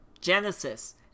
Genesis